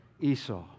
Esau